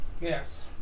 Yes